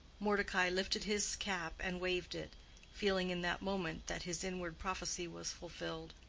mordecai lifted his cap and waved it feeling in that moment that his inward prophecy was fulfilled.